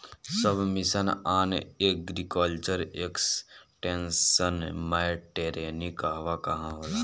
सब mission on agriculture extension मै टेरेनीं कहवा कहा होला?